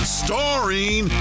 starring